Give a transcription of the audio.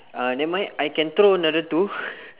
uh never mind I can throw another two